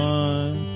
one